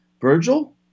Virgil